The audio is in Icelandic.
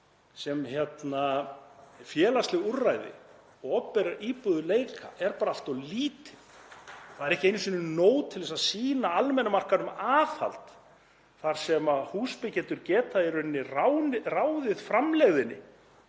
sem félagsleg úrræði og opinberar íbúðir leika er bara allt of lítið. Það er ekki einu sinni nóg til að sýna almenna markaðnum aðhald þar sem húsbyggjendur geta í rauninni ráðið framlegðinni